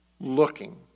looking